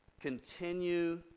continue